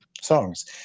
songs